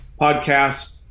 podcasts